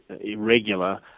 irregular